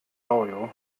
loyal